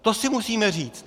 To si musíme říci.